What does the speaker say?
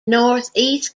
northeast